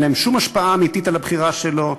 אין להם שום השפעה אמיתית על הבחירה שלו,